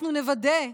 אנחנו נוודא שההגה,